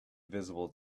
visible